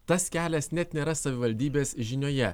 tas kelias net nėra savivaldybės žinioje